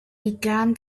began